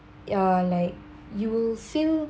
ya like you will still